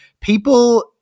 people